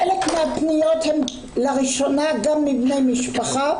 חלק מהפניות הן לראשונה גם מבני משפחה,